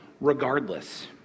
regardless